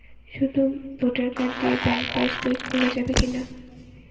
শুধু voter card দিয়ে bank pass বই খোলা যাবে কিনা?